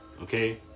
okay